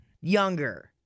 Younger